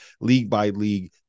league-by-league